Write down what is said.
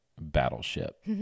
Battleship